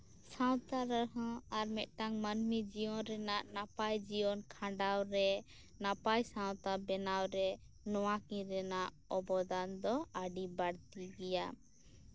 ᱥᱟᱶᱛᱟ ᱨᱮᱦᱚᱸ ᱟᱨ ᱢᱤᱫᱴᱟᱝ ᱢᱟᱹᱱᱢᱤ ᱡᱤᱭᱚᱱ ᱨᱮᱱᱟᱜ ᱱᱟᱯᱟᱭ ᱡᱤᱭᱚᱱ ᱠᱷᱟᱱᱰᱟᱣ ᱨᱮ ᱱᱟᱯᱟᱭ ᱥᱟᱶᱛᱟ ᱵᱮᱱᱟᱣ ᱨᱮ ᱱᱚᱣᱟᱠᱤᱱ ᱨᱮᱱᱟᱜ ᱚᱵᱚᱫᱟᱱ ᱫᱚ ᱟᱹᱰᱤ ᱵᱟᱹᱲᱛᱤ ᱜᱮᱭᱟ